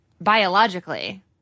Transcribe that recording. biologically